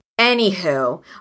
Anywho